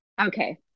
Okay